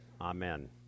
amen